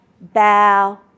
bow